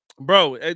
bro